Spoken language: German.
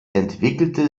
entwickelte